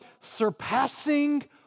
surpassing